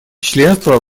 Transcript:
членство